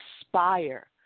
inspire